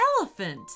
elephant